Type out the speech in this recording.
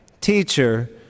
Teacher